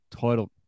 title